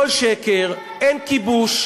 אין כיבוש.